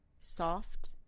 soft